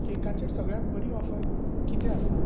केकांचेर सगळ्यांत बरी ऑफर कितें आसा